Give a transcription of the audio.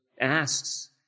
asks